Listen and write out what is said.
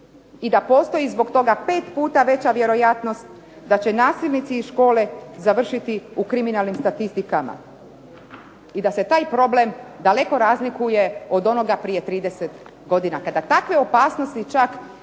i da postoji zbog toga pet puta veća vjerojatnost da će nasilnici iz škole završiti u kriminalnim statistikama i da se taj problem daleko razlikuje od onoga prije 30 godina. Kada takve opasnosti čak